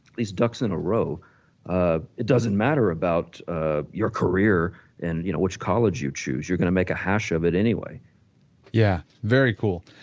it's ducks in a row ah it doesn't matter about ah your career and you know which college you choose, you're going to make a hash of it anyway yeah, very cool.